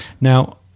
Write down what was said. Now